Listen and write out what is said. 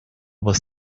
was